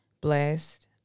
Blessed